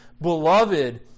Beloved